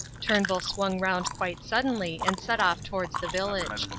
turnbull swung round quite suddenly, and set off towards the village.